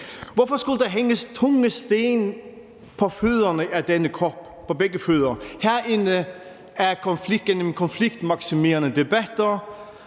Hvorfor skulle der hænges tunge sten på begge fødder af denne krop – herinde gennem konfliktmaksimerende debatter